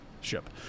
ship